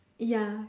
ya